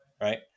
right